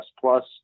plus